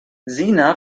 sina